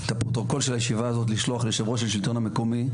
את הפרוטוקול של הישיבה הזאת לשלוח ליושב ראש של השלטון המקומי,